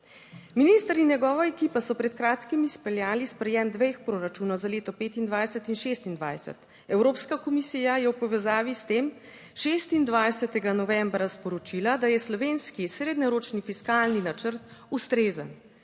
Minister in njegova ekipa so pred kratkim izpeljali sprejem dveh proračunov, za leto 2025 in 2026. Evropska komisija je v povezavi s tem 26. novembra sporočila, da je slovenski srednjeročni fiskalni načrt ustrezen.